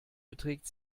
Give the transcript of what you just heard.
beträgt